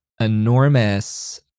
enormous